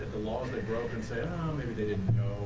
at the laws and say maybe they didn't